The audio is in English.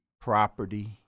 property